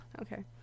okay